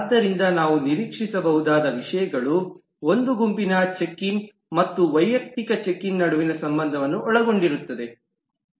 ಆದ್ದರಿಂದ ನಾವು ನಿರೀಕ್ಷಿಸಬಹುದಾದ ವಿಷಯಗಳು ಒಂದು ಗುಂಪಿನ ನಡುವಿನ ಸಂಬಂಧವನ್ನು ಒಳಗೊಂಡಿರುತ್ತದೆ ಚೆಕ್ ಇನ್ ಮತ್ತು ವೈಯಕ್ತಿಕ ಚೆಕ್ ಇನ್